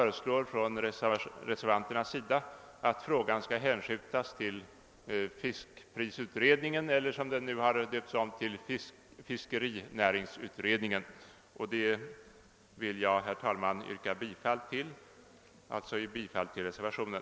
Reservanterna föreslår därför att frågan skall hänskjutas till fiskprisutredningen eller, som den nu döpts om tilll fiskerinäringsutredningen. Herr talman! Jag ber att få yrka bifall till reservationen.